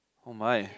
oh mine